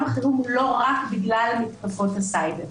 החירום הוא לא רק בגלל מתקפות הסייבר.